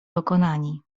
pokonani